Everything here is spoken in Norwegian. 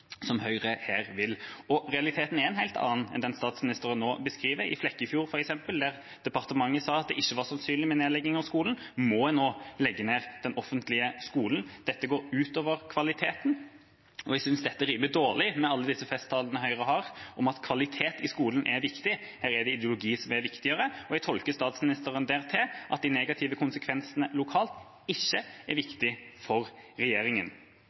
som Høyre her vil ha. Realiteten er en helt annen enn den statsministeren nå beskriver. I Flekkefjord, f.eks., der departementet sa at det ikke var sannsynlig med nedlegging av skolen, må en nå legge ned den offentlige skolen. Dette går ut over kvaliteten, og jeg synes dette rimer dårlig med alle disse festtalene Høyre har om at kvalitet i skolen er viktig. Her er det ideologi som er viktigere, og jeg tolker statsministeren dit hen at de negative konsekvensene lokalt ikke er viktig for